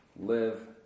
live